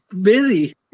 busy